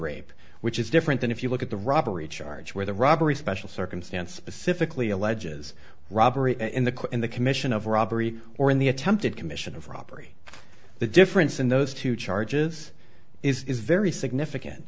rape which is different than if you look at the robbery charge where the robbery special circumstance pacifically alleges robbery in the in the commission of robbery or in the attempted commission of robbery the difference in those two charges is very significant